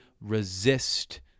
resist